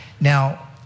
Now